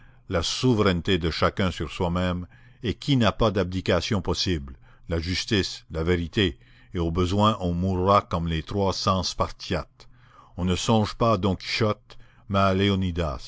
la souveraineté de chacun sur soi-même qui n'a pas d'abdication possible la justice la vérité et au besoin on mourra comme les trois cents spartiates on ne songe pas à don quichotte mais